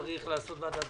אני רק רוצה להגיד לכם,